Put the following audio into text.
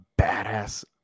badass